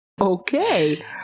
okay